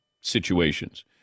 situations